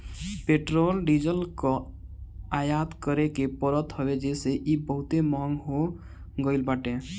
petrol diesel कअ आयात करे के पड़त हवे जेसे इ बहुते महंग हो गईल बाटे